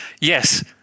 yes